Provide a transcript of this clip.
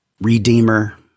Redeemer